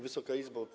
Wysoka Izbo!